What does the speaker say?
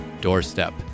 doorstep